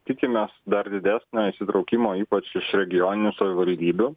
tikimės dar didesnio įsitraukimo ypač iš regioninių savivaldybių